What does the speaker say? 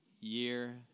year